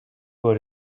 war